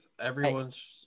Everyone's –